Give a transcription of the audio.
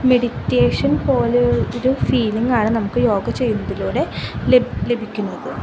meditation പോലെയൊരു ഫീലിങ്ങാണ് നമുക്ക് യോഗ ചെയ്യുന്നതിലൂടെ ലഭി ലഭിക്കുന്നത്